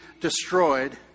destroyed